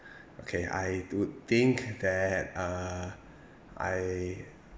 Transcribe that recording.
okay I do think that uh I